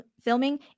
filming